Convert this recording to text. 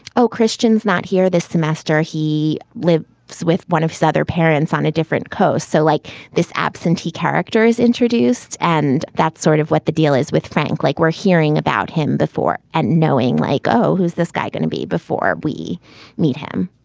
oh, christian's not here this semester. he lived with one of his other parents on a different coast. so like this absentee character is introduced. and that's sort of what the deal is with frank, like we're hearing about him before and knowing like, oh, who's this guy going to be before we meet him?